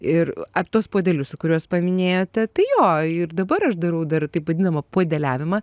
ir ap tuos puodelius kuriuos paminėjote tai jo ir dabar aš darau dar taip vadinamą puodeliavimą